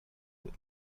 بود